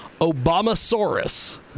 Obamasaurus